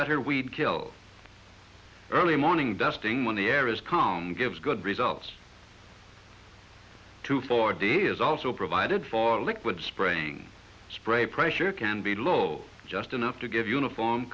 better weed kill early morning dusting when the air is calm gives good results to for day is also provided for liquid spraying spray pressure can be low just enough to give uniform